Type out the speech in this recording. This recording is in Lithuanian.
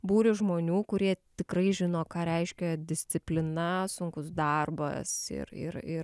būrį žmonių kurie tikrai žino ką reiškia disciplina sunkus darbas ir ir ir